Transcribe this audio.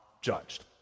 judged